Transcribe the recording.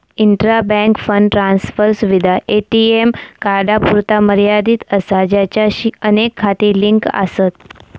intra bank fund transfer सुविधा ATM कार्डांपुरतो मर्यादित असा ज्याचाशी अनेक खाती लिंक आसत